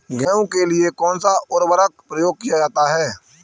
गेहूँ के लिए कौनसा उर्वरक प्रयोग किया जाता है?